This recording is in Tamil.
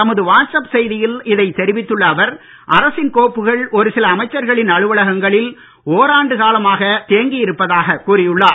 தமது வாட்ஸ் அப் செய்தியில் இதைத் தெரிவித்துள்ள அவர் அரசின் கோப்புகள் ஒரு சில அமைச்சர்களின் அலுவலகங்களில் ஓராண்டு காலமாக தேங்கி இருப்பதாக கூறியுள்ளார்